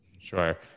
Sure